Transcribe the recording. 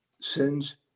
sins